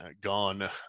gone